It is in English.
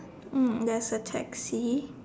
there's a taxi